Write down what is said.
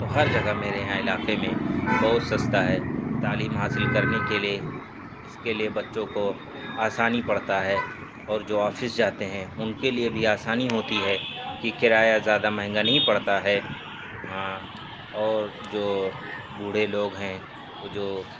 تو ہر جگہ میرے یہاں علاقے میں بہت سستا ہے تعلیم حاصل کرنے کے لیے اس کے لیے بچوں کو آسانی پڑتا ہے اور جو آفس جاتے ہیں ان کے لیے بھی آسانی ہوتی ہے کہ کرایہ زیادہ مہنگا نہیں پڑتا ہے ہاں اور جو بوڑھے لوگ ہیں وہ جو